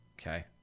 okay